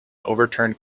overturned